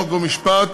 חוק ומשפט,